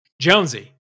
Jonesy